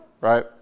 right